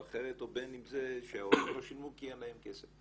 אחרת או בין אם זה שההורים לא שילמו כי אין להם כסף.